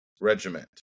regiment